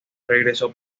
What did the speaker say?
regresó